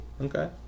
Okay